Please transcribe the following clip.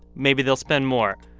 maybe they'll spend more.